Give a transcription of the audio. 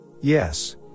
Yes